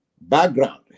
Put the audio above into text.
Background